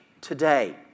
today